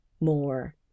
more